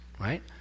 right